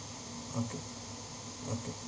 okay okay